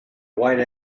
white